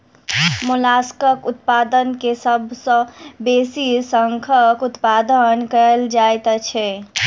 मोलास्कक उत्पादन मे सभ सॅ बेसी शंखक उत्पादन कएल जाइत छै